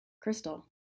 Crystal